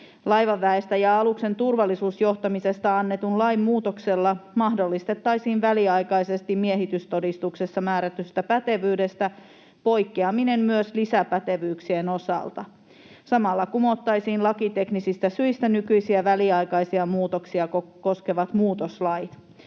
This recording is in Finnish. Laivaväestä ja aluksen turvallisuusjohtamisesta annetun lain muutoksella mahdollistettaisiin väliaikaisesti miehitystodistuksessa määrätystä pätevyydestä poikkeaminen myös lisäpätevyyksien osalta. Samalla kumottaisiin lakiteknisistä syistä nykyisiä väliaikaisia muutoksia koskevat muutoslait.